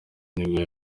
nibwo